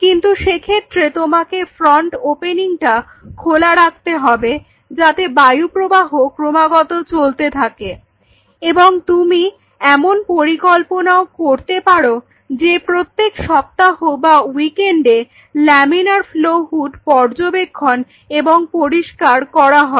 কিন্তু সে ক্ষেত্রে তোমাকে ফ্রন্ট ওপেনিংটা খোলা রাখতে হবে যাতে বায়ু প্রবাহ ক্রমাগত চলতে থাকে এবং তুমি এমন পরিকল্পনাও করতে পারো যে প্রত্যেক সপ্তাহ বা উইকেন্ডে লামিনার ফ্লও হুড পর্যবেক্ষণ এবং পরিষ্কার করা হবে